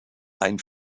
ein